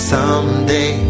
Someday